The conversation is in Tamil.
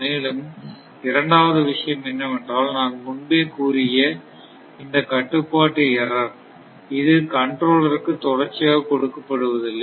மேலும் இரண்டாவது விஷயம் என்னவென்றால் நான் முன்பே கூறிய இந்த பகுதி கட்டுப்பாட்டு எரர் இது கண்ட்ரோலர் க்கு தொடர்ச்சியாக கொடுக்கப்படுவதில்லை